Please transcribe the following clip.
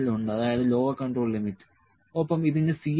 L ഉണ്ട് അതായത് lower control limit ഒപ്പം ഇതിന് C